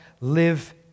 live